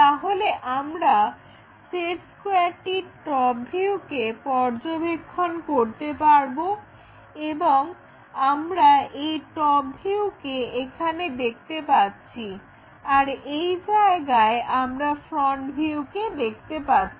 তাহলে আমরা সেট স্কোয়ারটির টপ ভিউকে পর্যবেক্ষণ করতে পারব এবং আমরা এই টপ ভিউকে এখানে দেখতে পাচ্ছি আর এই জায়গায় আমরা ফ্রন্ট ভিউকে দেখতে পাচ্ছি